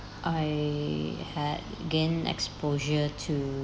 I had gained exposure to